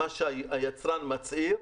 מה שהיצרן מצהיר,